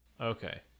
Okay